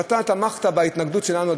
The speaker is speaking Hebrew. אתה תמכת בהתנגדות שלנו,